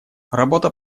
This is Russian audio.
работа